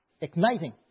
igniting